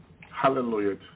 hallelujah